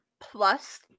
plus